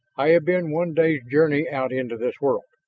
i have been one day's journey out into this world.